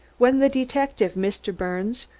when the detective, mr. birnes,